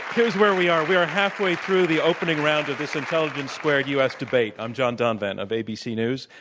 here's where we are. we are halfway through the opening round of this intelligence squared u. s. debate. i'm john donvan of abc news.